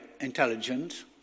intelligent